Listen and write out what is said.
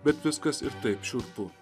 bet viskas ir taip šiurpu